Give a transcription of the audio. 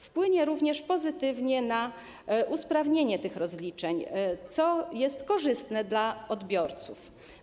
Wpłynie również pozytywnie na usprawnienie tych rozliczeń, co jest korzystne dla odbiorców.